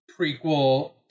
prequel